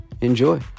enjoy